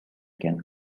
can